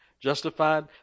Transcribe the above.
Justified